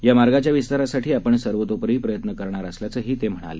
या मार्गाच्या विस्तारासाठी आपण सर्वतोपरी प्रयत्न करत असल्याचं ते म्हणाले